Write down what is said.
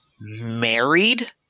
married